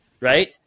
right